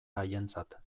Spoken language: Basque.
haientzat